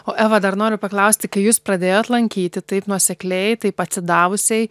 o eva dar noriu paklausti kai jūs pradėjot lankyti taip nuosekliai taip atsidavusiai